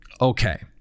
Okay